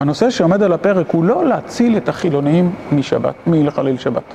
הנושא שעומד על הפרק הוא לא להציל את החילונים משבת, מלחלל שבת.